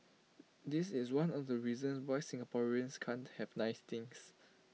this is one of the reasons why Singaporeans can't have nice things